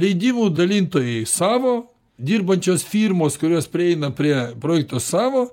leidimų dalintojai savo dirbančios firmos kurios prieina prie projekto savo